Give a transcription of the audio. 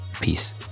peace